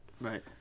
Right